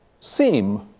seem